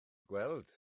gweld